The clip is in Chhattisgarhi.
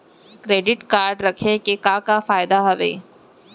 क्रेडिट कारड रखे के का का फायदा हवे?